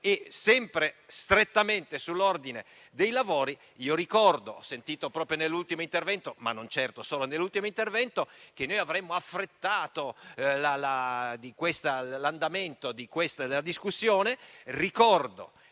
Sempre strettamente sull'ordine dei lavori, ho sentito proprio nell'ultimo intervento, ma non certo solo in quello, che noi avremmo affrettato l'andamento di questa discussione: ricordo